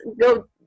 go